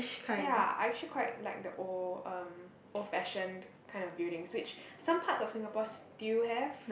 ya I actually quite like the old um old fashioned kind of building which some parts of Singapore still have